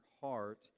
heart